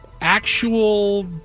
actual